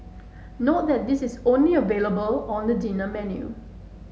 note that this is only available on the dinner menu